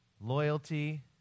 loyalty